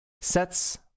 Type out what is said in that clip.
sets